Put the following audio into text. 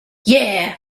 yeah